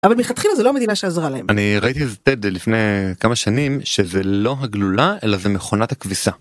אבל מלכתחילה זה לא המדינה שעזרה להם. אני ראיתי את זה לפני כמה שנים שזה לא הגלולה אלא זה מכונת הכביסה.